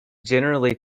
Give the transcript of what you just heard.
generally